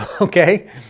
Okay